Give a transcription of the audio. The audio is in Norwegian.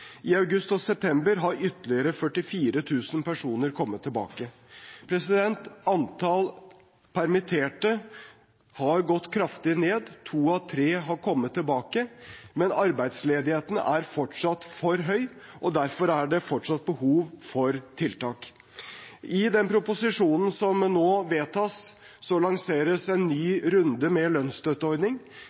I august og september har ytterligere 44 000 personer kommet tilbake. Antall permitterte har gått kraftig ned. To av tre har kommet tilbake, men arbeidsledigheten er fortsatt for høy, og derfor er det fortsatt behov for tiltak. I den proposisjonen som nå vedtas, lanseres en ny runde med lønnsstøtteordning.